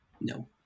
No